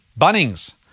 Bunnings